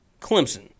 Clemson